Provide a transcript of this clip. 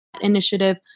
initiative